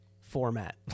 format